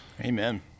Amen